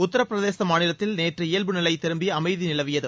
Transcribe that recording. உத்தரப்பிரதேச மாநிலத்தில் நேற்று இயல்பு நிலை திரும்பி அமைதி நிலவியது